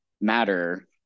matter